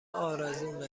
آرزومه